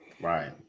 Right